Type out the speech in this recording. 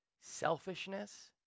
selfishness